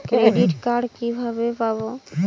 Credit card কিভাবে পাব?